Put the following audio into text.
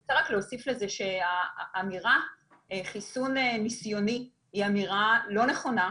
אני רוצה רק להוסיף לזה שהאמירה חיסון ניסיוני היא אמירה לא נכונה.